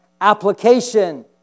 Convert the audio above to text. application